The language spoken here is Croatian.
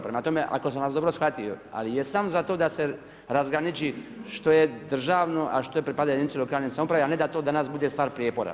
Prema tome, ako sam vas dobro shvatio, a jesam za to da se razgraniči što je državno a što pripada jedinici lokalne samouprave a ne da to danas bude stvar prijepora.